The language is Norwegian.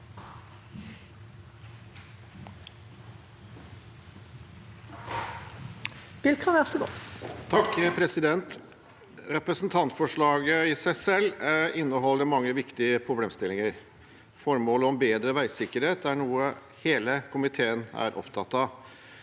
(A) Representantforslaget inneholder i seg selv mange viktige problemstillinger. Formålet om bedre veisikkerhet er noe hele komiteen er opptatt av.